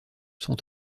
sont